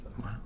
Wow